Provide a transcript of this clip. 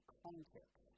context